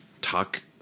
talk